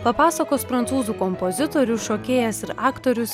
papasakos prancūzų kompozitorius šokėjas ir aktorius